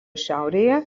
šiaurėje